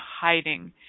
hiding